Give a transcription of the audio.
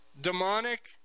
demonic